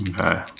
Okay